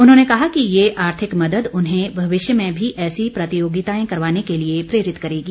उन्होंने कहा कि ये आर्थिक मदद उन्हें भविष्य में भी ऐसी प्रतियोगिताएं करवाने के लिए प्रेरित करेगी